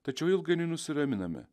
tačiau ilgainiui nusiraminame